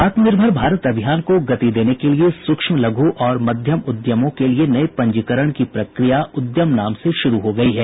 आत्मनिर्भर भारत अभियान को गति देने के लिये सूक्ष्म लघु और मध्यम उद्यमों के लिए नये पंजीकरण की प्रक्रिया उद्यम नाम से शुरू हो गयी है